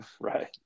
Right